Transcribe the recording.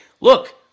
look